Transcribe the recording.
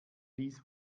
ließ